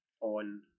on